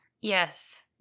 Yes